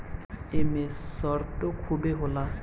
एमे सरतो खुबे होला